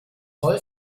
voll